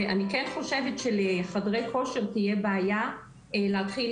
אני כן חושבת שלחדרי כושר תהיה בעיה להתחיל